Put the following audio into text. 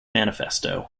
manifesto